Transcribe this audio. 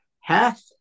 Half